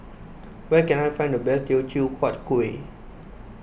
where can I find the best Teochew Huat Kueh